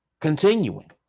continuing